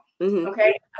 Okay